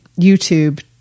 YouTube